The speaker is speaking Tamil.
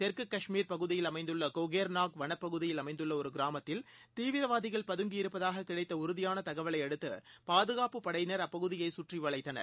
தெற்கு கஷ்மீர் பகுதியில் அமைந்துள்ளகோகேர்நாக் வனப்பகுதியில் அமைந்துள்ளஒருகிராமத்தில் தீவிரவாதிகள் பதுங்கியிருப்பதாககிடைத்தஉறுதியானதகவலைஅடுத்துபாதுகாப்புப்படையினர் அப்பகுதியைகற்றிவளைத்தனர்